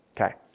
Okay